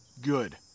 good